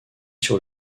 sur